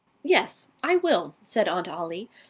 yes, i will, said aunt ollie,